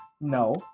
no